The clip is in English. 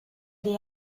the